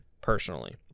personally